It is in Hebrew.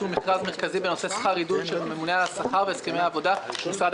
מכרז מרכזי בנושא שכר עידוד של הממונה על השכר והסכמי עבודה במשרד